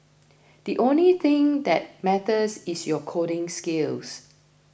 the only thing that matters is your coding skills